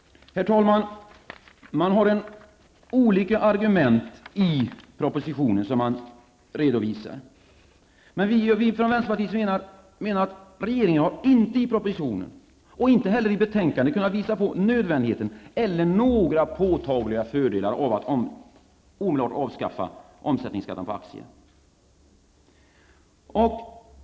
Herr talman! I propositionen redovisas olika argument, men vi från vänsterpartiet menar att regeringen där inte -- det framgår inte heller av betänkandet -- kunnat visat på nödvändigheten eller några påtagliga fördelar av att omedelbart avskaffa omsättningsskatten på aktier.